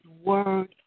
word